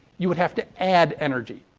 you would have to add energy.